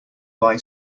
buy